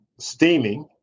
steaming